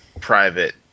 private